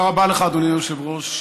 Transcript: רבה לך, אדוני היושב-ראש.